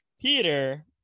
peter